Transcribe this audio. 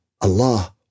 Allah